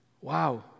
Wow